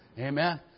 Amen